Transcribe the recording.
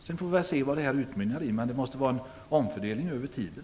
Vi får se vad den diskussionen utmynnar i, men det måste vara en omfördelning över tiden.